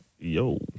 Yo